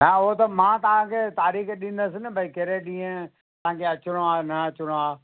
हा उहो त मां तव्हांखे तारीख़ ॾींदसि न भई कहिड़े ॾींहं तव्हांखे अचिणो आहे न अचिणो आहे